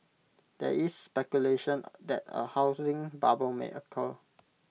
there is speculation that A housing bubble may occur